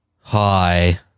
Hi